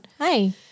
Hi